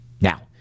Now